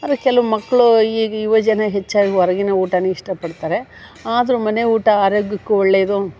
ಆದರೆ ಕೆಲವ್ ಮಕ್ಳು ಈಗ ಯುವಜನ ಹೆಚ್ಚಾಗಿ ಹೊರಗಿನ ಊಟನೇ ಇಷ್ಟಪಡ್ತಾರೆ ಆದರೂ ಮನೆ ಊಟ ಆರೋಗ್ಯಕ್ಕೂ ಒಳ್ಳೆಯದು